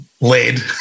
lead